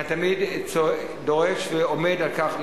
ואני תמיד דורש ועומד על כך,